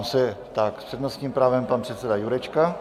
S přednostním právem pan předseda Jurečka.